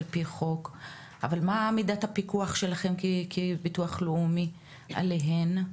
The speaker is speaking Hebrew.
אבל מה מידת הפיקוח שלכם כביטוח הלאומי עליהן?